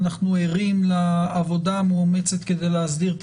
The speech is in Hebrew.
אנחנו ערים לעבודה המאומצת כדי להסדיר את